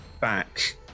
back